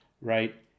right